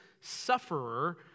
sufferer